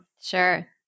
Sure